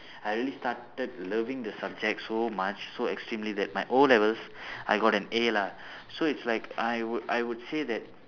I really started loving the subject so much so extremely that my O-levels I got an A lah so it's like I would I would say that